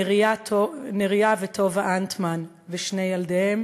נריה וטובה אנטמן ושני ילדיהם,